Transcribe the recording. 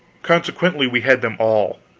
consequently we had them all!